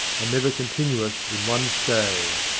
never continueth in one stay.